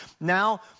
Now